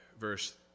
Verse